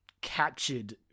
captured